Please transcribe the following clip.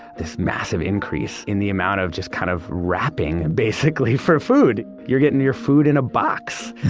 this massive increase in the amount of just, kind of, wrapping basically for food. you're getting your food in a box,